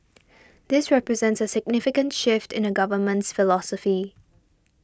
this represents significant shift in the Government's philosophy